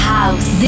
House